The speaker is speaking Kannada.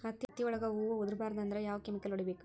ಹತ್ತಿ ಒಳಗ ಹೂವು ಉದುರ್ ಬಾರದು ಅಂದ್ರ ಯಾವ ಕೆಮಿಕಲ್ ಹೊಡಿಬೇಕು?